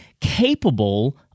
capable